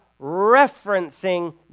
referencing